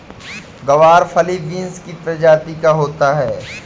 ग्वारफली बींस की प्रजाति का होता है